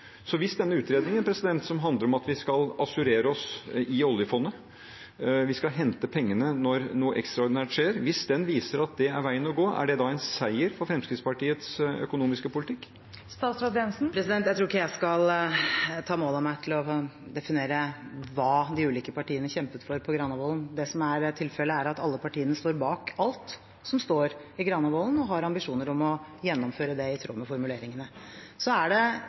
Så hvis denne utredningen – som handler om at vi skal assurere oss i oljefondet, vi skal hente pengene når noe ekstraordinært skjer – viser at det er veien å gå, er det da en seier for Fremskrittspartiets økonomiske politikk? Jeg tror ikke jeg skal ta mål av meg å definere hva de ulike partiene kjempet for på Granavolden. Det som er tilfellet, er at alle partiene står bak alt som står i Granavolden-plattformen, og har ambisjoner om å gjennomføre det i tråd med formuleringene. Så er det,